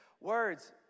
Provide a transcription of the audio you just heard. words